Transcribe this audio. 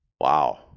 Wow